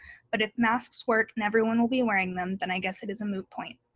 but if masks work and everyone will be wearing them, then i guess it is a moot point.